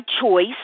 choice